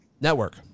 network